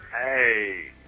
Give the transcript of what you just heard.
Hey